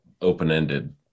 open-ended